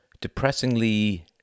depressingly